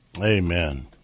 Amen